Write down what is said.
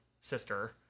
sister